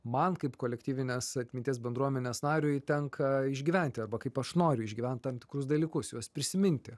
man kaip kolektyvinės atminties bendruomenės nariui tenka išgyventi arba kaip aš noriu išgyvent tam tikrus dalykus juos prisiminti